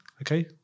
Okay